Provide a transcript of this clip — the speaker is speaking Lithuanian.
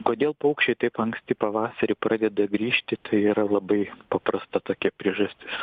kodėl paukščiai taip anksti pavasarį pradeda grįžti tai yra labai paprasta tokia priežastis